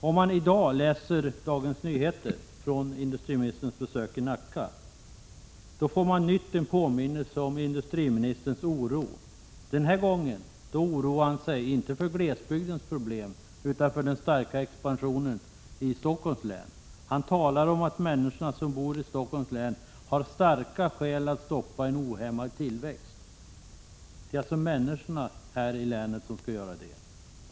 Om man läser vad Dagens Nyheter i dag skriver om industriministerns besök i Nacka, får man på nytt en påminnelse om industriministerns oro. Den här gången oroar sig inte industriministern för glesbygdens problem, utan för den starka expansionen i Stockholms län. Han talar om att människorna som bor i Stockholms län har starka skäl att stoppa en ohämmad tillväxt. Det är alltså människorna i länet som skall göra detta.